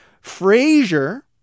Frazier